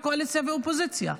וקואליציה ואופוזיציה.